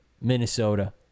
Minnesota